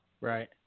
Right